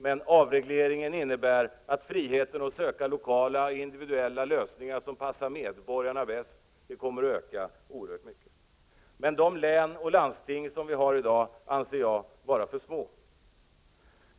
Men avregleringen innebär att friheten att söka lokala individuella lösningar som bäst passar medborgarna kommer att öka oerhört mycket. Länen och landstingen, som dessa i dag är indelade, anser jag är för små.